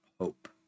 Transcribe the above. hope